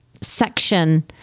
section